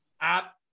app